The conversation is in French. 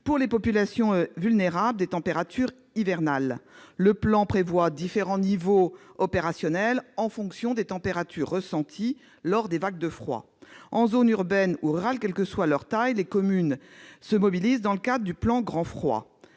pour les populations vulnérables, des températures hivernales. Le plan prévoit différents niveaux opérationnels en fonction des températures ressenties lors des vagues de froid. Que ce soit en zone urbaine ou en zone rurale, les communes, quelle que soit leur taille, se mobilisent dans le cadre du plan Grand Froid.